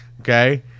Okay